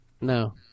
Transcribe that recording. No